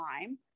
time